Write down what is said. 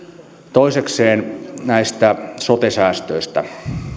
toisekseen näistä sote säästöistä olen